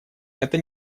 это